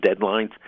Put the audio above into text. deadlines